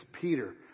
Peter